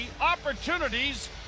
opportunities